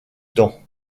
temps